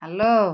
hello